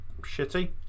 Shitty